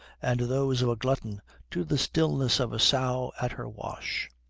and those of a glutton to the stillness of a sow at her wash.